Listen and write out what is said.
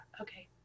okay